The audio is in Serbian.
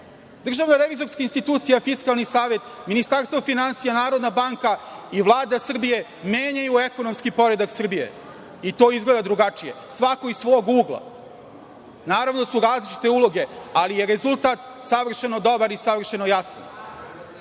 Državna revizorska institucija, Fiskalni savet, Ministarstvo finansija, Narodna banka i Vlada Srbije menjaju ekonomski poredak Srbije i to izgleda drugačije, svako iz svog ugla. Naravno da su različite uloge ali je rezultat savršeno dobar i savršeno jasan.